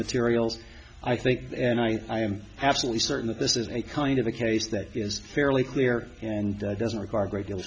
materials i think and i am absolutely certain that this is a kind of a case that is fairly clear and doesn't require a great deal